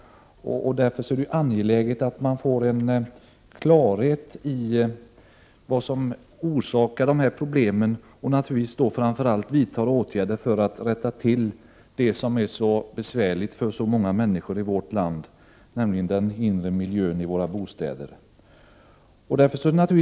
Därför är det angeläget att få klarhet i vad som orsakar problemen och naturligtvis då framför allt att åtgärder vidtas för att rätta till det som är så besvärligt för många människor i vårt land, nämligen den inre miljön i våra bostäder.